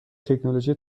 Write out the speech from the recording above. تکنولوژی